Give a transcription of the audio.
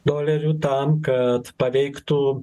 dolerių tam kad paveiktų